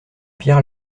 pierre